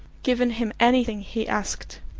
given him anything he asked.